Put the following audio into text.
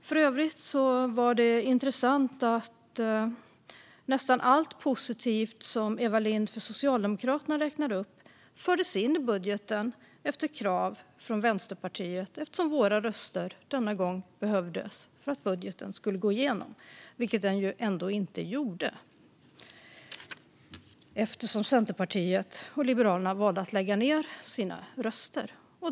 För övrigt var det intressant att nästan allt positivt som Eva Lindh från Socialdemokraterna räknade upp fördes in i budgeten efter krav från Vänsterpartiet eftersom våra röster denna gång behövdes för att budgeten skulle gå igenom, vilket den ju ändå inte gjorde eftersom Centerpartiet och Liberalerna valde att lägga ned sina röster.